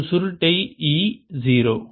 மற்றும் சுருட்டை E 0